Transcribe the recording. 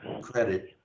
credit